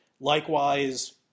Likewise